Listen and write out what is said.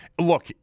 Look